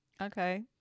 Okay